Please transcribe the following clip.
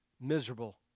Miserable